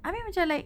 I mean macam like